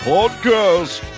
Podcast